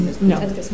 No